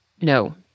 No